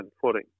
footing